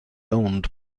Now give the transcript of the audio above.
owned